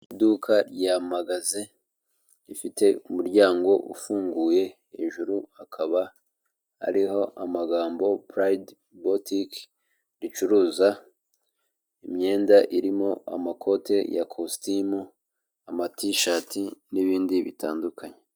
Iduka rya mpagaze rifite umuryango ufunguye, hejuru hakaba hariho amagambo purayidi butike, ricuruza imyenda irimo amakote ya kositimu, amatishati n'ibindi bitandukanye.